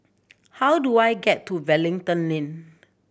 how do I get to Wellington Link